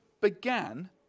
began